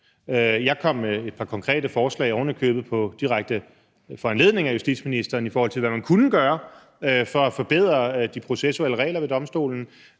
Jeg kom med et par konkrete forslag, ovenikøbet på direkte foranledning af justitsministeren, i forhold til hvad man kunne gøre for at forbedre de processuelle regler ved domstolen.